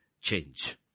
change